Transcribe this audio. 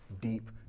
deep